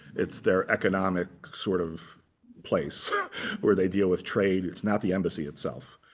it's their economic sort of place where they deal with trade. it's not the embassy itself.